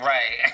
Right